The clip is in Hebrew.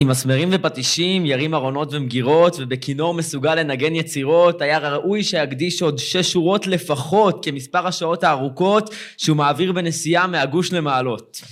עם מסמרים ופטישים, ירים ערונות ומגירות, ובכינור מסוגל לנגן יצירות, היה ראוי שיקדיש עוד שש שורות לפחות כמספר השעות הארוכות שהוא מעביר בנסיעה מהגוש למעלות.